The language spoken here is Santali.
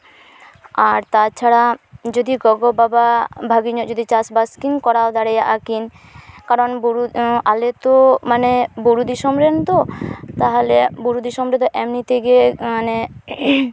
ᱟᱨ ᱛᱟ ᱪᱷᱟᱲᱟ ᱡᱩᱫᱤ ᱜᱚᱜᱚ ᱵᱟᱵᱟ ᱵᱷᱟᱜᱮ ᱧᱚᱜ ᱡᱩᱫᱤ ᱪᱟᱥᱼᱵᱟᱥ ᱠᱤᱱ ᱠᱚᱨᱟᱣ ᱫᱟᱲᱮᱭᱟᱜᱼᱟ ᱠᱤᱱ ᱠᱟᱨᱚᱱ ᱟᱞᱮ ᱛᱚ ᱢᱟᱱᱮ ᱵᱩᱨᱩ ᱫᱤᱥᱚᱢ ᱨᱮᱱ ᱛᱚ ᱛᱟᱦᱚᱞᱮ ᱵᱩᱨᱩ ᱫᱤᱥᱚᱢ ᱨᱮᱫᱚ ᱮᱢᱱᱤ ᱛᱮᱜᱮ ᱢᱟᱱᱮ